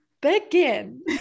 begin